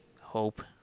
hope